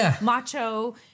macho